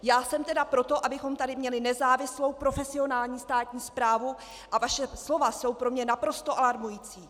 Já jsem tedy pro to, abychom tady měli nezávislou profesionální státní správu, a vaše slova jsou pro mě naprosto alarmující.